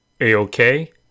A-OK